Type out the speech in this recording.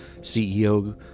CEO